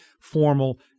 formal